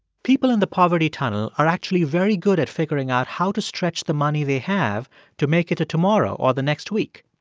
people in the poverty tunnel are actually very good at figuring out how to stretch the money they have to make it to tomorrow or the next week.